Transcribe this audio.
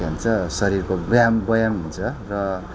के भन्छ शरीरको व्यायाम व्यायाम हुन्छ र